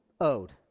owed